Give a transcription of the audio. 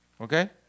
okay